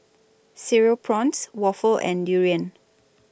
Cereal Prawns Waffle and Durian